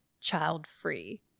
child-free